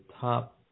top